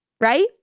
right